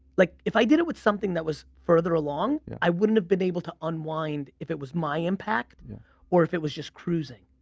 like if i did it with something that was further along i wouldn't have been able to unwind if it was my impact or if it was just cruising.